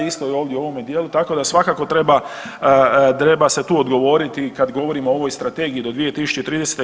Isto ovdje u ovome dijelu, tako da svakako treba se tu odgovoriti kad govorimo o ovoj strategiji do 2030.